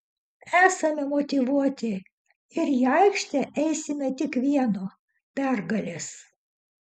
esame motyvuoti ir į aikštę eisime tik vieno pergalės